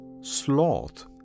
sloth